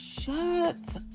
shut